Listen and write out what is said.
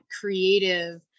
creative